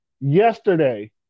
Yesterday